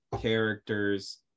characters